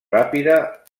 ràpida